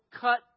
cut